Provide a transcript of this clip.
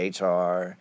HR